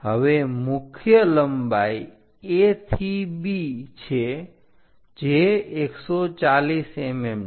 હવે મુખ્ય લંબાઈ A થી B છે જે 140 mm છે